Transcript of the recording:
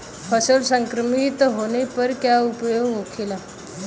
फसल संक्रमित होने पर क्या उपाय होखेला?